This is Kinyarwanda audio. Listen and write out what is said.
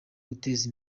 guteza